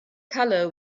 color